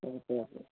okay